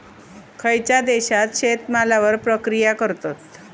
खयच्या देशात शेतमालावर प्रक्रिया करतत?